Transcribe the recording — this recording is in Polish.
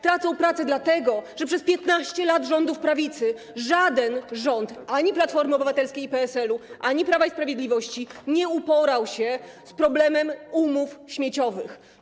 Tracą ją dlatego, że przez 15 lat rządów prawicy żaden rząd - ani Platformy Obywatelskiej i PSL-u, ani Prawa i Sprawiedliwości - nie uporał się z problemem umów śmieciowych.